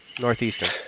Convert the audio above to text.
Northeastern